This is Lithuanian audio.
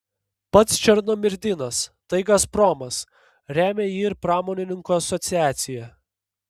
pats černomyrdinas tai gazpromas remia jį ir pramonininkų asociacija